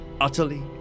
utterly